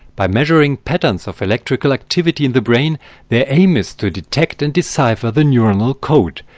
by measuring patterns of electrical activity in the brain their aim is to detect and decipher the neuronal code,